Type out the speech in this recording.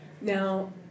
now